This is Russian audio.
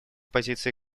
позиции